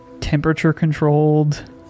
temperature-controlled